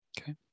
okay